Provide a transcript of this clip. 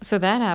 so that hap~